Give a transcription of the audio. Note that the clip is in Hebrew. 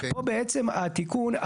פה בעצם התיקון,